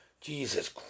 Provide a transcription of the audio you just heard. Jesus